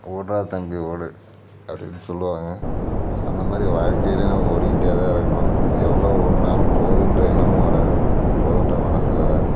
ஓடுறா தம்பி ஓடு அப்படினு சொல்லுவாங்க அந்த மாதிரி வாழ்க்கைலையும் நம்ம ஓடிக்கிட்டே தான் இருக்கணும் எவ்வளோ ஓடினாலும் போதுன்ற எண்ணமும் வராது போதுன்ற மனது வராது